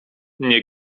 nie